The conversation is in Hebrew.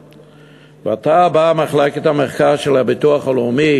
ועתה באה מחלקת המחקר של הביטוח הלאומי